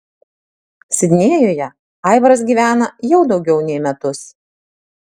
sidnėjuje aivaras gyvena jau daugiau nei metus